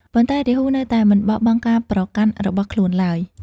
ប៉ុន្តែ រាហូនៅតែមិនបោះបង់ការប្រកាន់របស់ខ្លួនឡើយ។